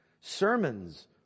Sermons